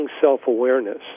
self-awareness